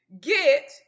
get